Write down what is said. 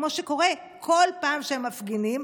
כמו שקורה בכל פעם שהם מפגינים.